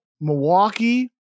milwaukee